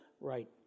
right